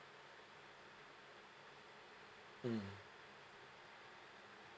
mm